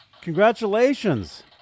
Congratulations